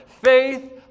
Faith